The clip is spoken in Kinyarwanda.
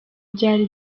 byari